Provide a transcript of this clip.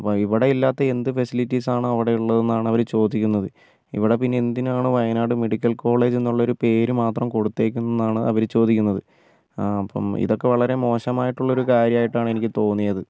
അപ്പം ഇവിടെ ഇല്ലാത്ത എന്ത് ഫെസിലിറ്റീസ് ആണ് അവിടെ ഉള്ളതെന്നാണ് അവർ ചോദിക്കുന്നത് ഇവിടെ പിന്നെന്തിനാണ് വയനാട് മെഡിക്കൽ കോളേജ്ന്നുള്ളൊരു പേര് മാത്രം കൊടുത്തേക്കുന്നത് എന്നാണ് അവർ ചോദിക്കുന്നത് ആ അപ്പം ഇതൊക്കെ വളരെ മോശമായിട്ടുള്ള ഒരു കാര്യമായിട്ടാണ് എനിക്ക് തോന്നിയത്